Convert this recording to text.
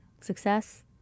success